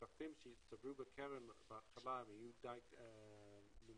שהכספים שיצטברו בקרן בהתחלה ויהיו די נמוכים,